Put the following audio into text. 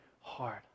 hard